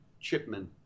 Chipman